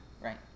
right